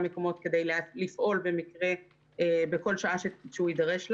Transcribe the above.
מקומות כדי לפעול בכל שעה שהוא יידרש לה.